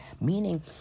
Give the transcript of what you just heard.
Meaning